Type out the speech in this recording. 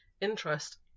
interest